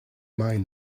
mind